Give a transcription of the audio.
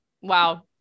wow